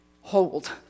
hold